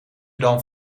dan